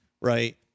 right